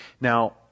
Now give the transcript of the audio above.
Now